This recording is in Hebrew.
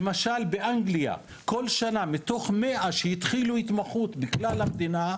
למשל באנגליה כל שנה מתוך 100 אנשים שהתחילו התמחות בכלל המדינה,